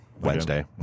Wednesday